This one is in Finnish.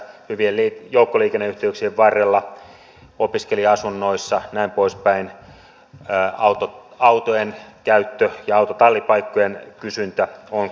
hyvien joukkoliikenneyhteyksien varrella opiskelija asunnoissa näin poispäin autojen käyttö ja autotallipaikkojen kysyntä on pienentynyt